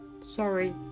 Sorry